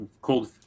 cold